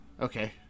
Okay